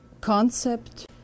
concept